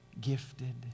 gifted